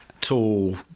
tall